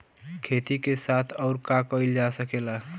खेती के साथ अउर का कइल जा सकेला?